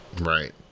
Right